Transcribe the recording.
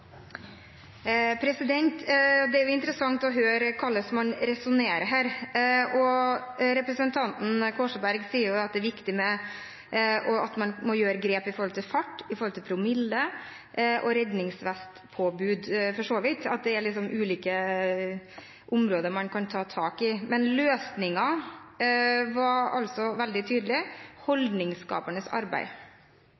interessant å høre hvordan man resonnerer her. Representanten Korsberg sier at det er viktig at man tar grep med hensyn til fart og promille og, for så vidt, redningsvestpåbud – at det er ulike områder man kan ta tak i – men løsningen er altså veldig